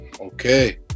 okay